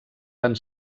van